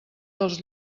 dels